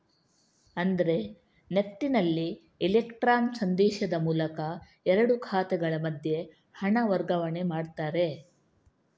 ಅಂದ್ರೆ ನೆಫ್ಟಿನಲ್ಲಿ ಇಲೆಕ್ಟ್ರಾನ್ ಸಂದೇಶದ ಮೂಲಕ ಎರಡು ಖಾತೆಗಳ ಮಧ್ಯೆ ಹಣ ವರ್ಗಾವಣೆ ಮಾಡ್ತಾರೆ